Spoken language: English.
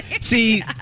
See